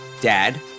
Dad